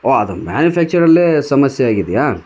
ಓ ಅದು ಮ್ಯಾನುಫ್ಯಾಕ್ಚರಲ್ಲೇ ಸಮಸ್ಯೆ ಆಗಿದೆಯಾ